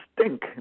stink